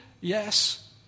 Yes